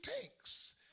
tanks